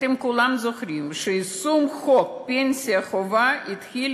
אתם כולכם זוכרים שיישום חוק פנסיה חובה התחיל